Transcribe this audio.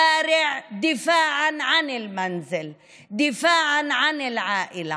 הנשים הגיבורות יצאו לרחובות כדי להגן על הבית ועל המשפחה.